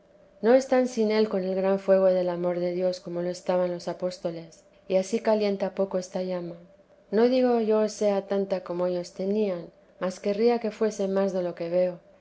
no están sin él con el gran fuego del amor de dios como lo estaban los apóstoles y ansí calienta poco esta llama no digo yo sea tanta como ellos tenían mas querría que fuese más de lo que veo